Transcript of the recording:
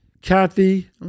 Kathy